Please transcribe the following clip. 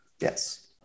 Yes